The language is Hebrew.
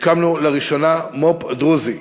הקמנו לראשונה מו"פ דרוזי.